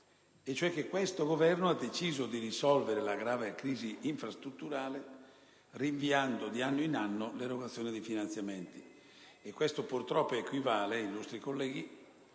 cioè che questo Governo ha deciso di risolvere la grave crisi infrastrutturale rinviando di anno in anno l'erogazione dei finanziamenti. Questo purtroppo equivale, cari colleghi,